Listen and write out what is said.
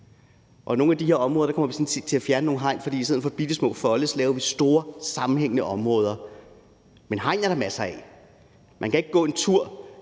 og på nogle af de her områder kommer vi sådan set til at fjerne nogle hegn, fordi vi i stedet for bittesmå folde laver store, sammenhængende områder. Men hegn er der masser af. Man kan ikke gå en tur